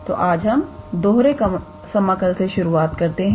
तो आज हम दोहरे समाकल से शुरूआत करते हैं